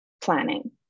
planning